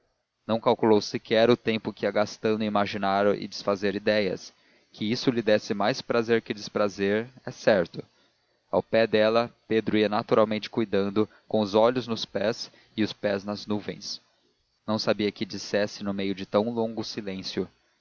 não calculou sequer o tempo que ia gastando em imaginar e desfazer ideias que isto lhe desse mais prazer que desprazer é certo ao pé dela pedro ia naturalmente cuidando com os olhos nos pés e os pés nas nuvens não sabia que dissesse no meio de tão longo silêncio